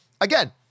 Again